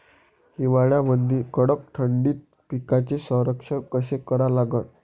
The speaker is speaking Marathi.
हिवाळ्यामंदी कडक थंडीत पिकाचे संरक्षण कसे करा लागन?